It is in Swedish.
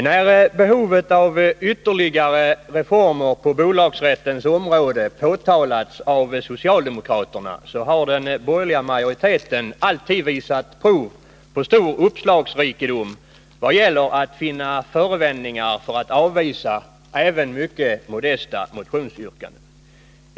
Herr talman! När vi socialdemokrater pekat på behovet av ytterligare reformer på bolagsrättens område, har den borgerliga majoriteten alltid visat prov på stor uppslagsrikedom vad gäller att finna förevändningar för att avvisa även mycket modesta motionsyrkanden.